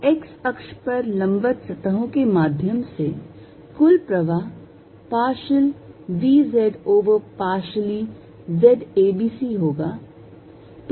और z अक्ष पर लंबवत सतहों के माध्यम से कुल प्रवाह partial v z over partially z a b c होगा